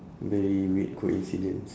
very weird coincidence